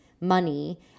money